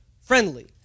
friendly